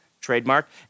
trademark